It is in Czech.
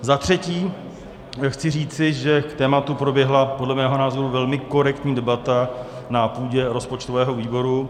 Za třetí chci říci, že k tématu proběhla podle mého názoru velmi korektní debata na půdě rozpočtového výboru.